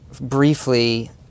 briefly